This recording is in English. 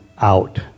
out